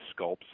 sculpts